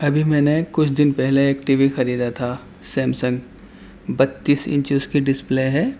ابھی میں نے کچھ دن پہلے ایک ٹی وی خریدا تھا سیمسنگ بتیس انچ اس کی ڈسپلے ہے